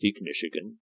Michigan